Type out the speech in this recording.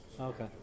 Okay